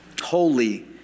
holy